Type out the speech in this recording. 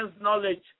knowledge